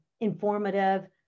informative